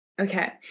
Okay